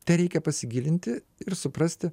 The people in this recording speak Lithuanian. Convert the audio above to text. tereikia pasigilinti ir suprasti